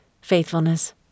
faithfulness